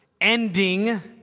ending